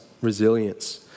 resilience